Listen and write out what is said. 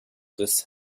des